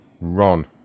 Ron